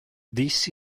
this